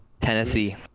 Tennessee